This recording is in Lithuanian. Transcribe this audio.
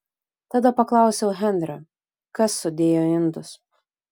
tada paklausiau henrio kas sudėjo indus